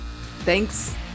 Thanks